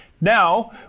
now